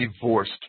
divorced